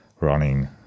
running